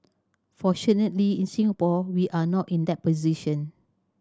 fortunately in Singapore we are not in that position